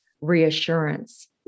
reassurance